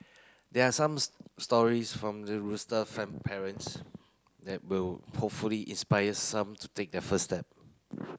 there are some stories from parents that will hopefully inspire some to take their first step